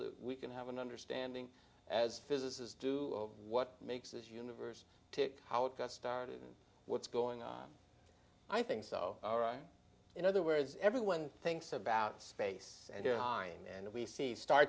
that we can have an understanding as physicists do what makes this universe tick how it got started and what's going on i think so all right in other words everyone thinks about space and they're high and we see star